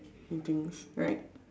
things right